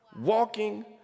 Walking